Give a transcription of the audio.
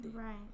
Right